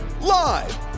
Live